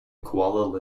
koala